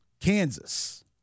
Kansas